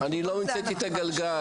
אני לא המצאתי את הגלגל.